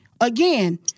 Again